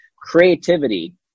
creativity